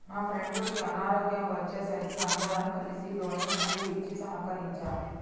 మా ఫ్రెండుకి అనారోగ్యం వచ్చే సరికి అందరం కలిసి డొనేషన్లు ఇచ్చి సహకరించాం